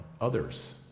others